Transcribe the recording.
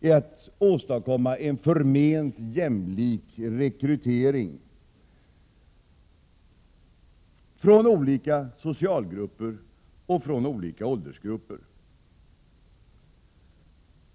är att åstadkomma en förment jämlik rekrytering från olika socialgrupper och från olika åldersgrupper.